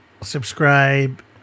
subscribe